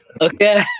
Okay